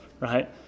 right